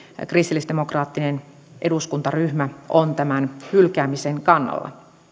kristillisdemokraattinen eduskuntaryhmä on tämän hylkäämisen kannalla